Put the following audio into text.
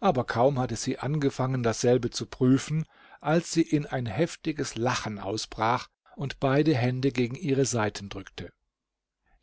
aber kaum hatte sie angefangen dasselbe zu prüfen als sie in ein heftiges lachen ausbrach und beide hände gegen ihre seiten drückte